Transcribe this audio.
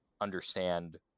understand